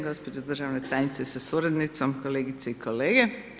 Gđo. državna tajnice s suradnicom, kolegice i kolege.